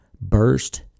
burst